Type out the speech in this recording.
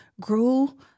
grew